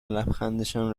لبخندشان